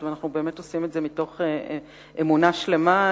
ואנחנו באמת עושים את זה מתוך אמונה שלמה,